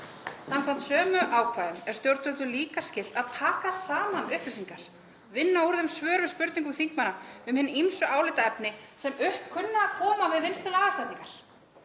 Samkvæmt sömu ákvæðum er stjórnvöldum líka skylt að taka saman upplýsingar, vinna úr þeim svör við spurningum þingmanna um hin ýmsu álitaefni sem upp kunna að koma við vinnslu lagasetningar.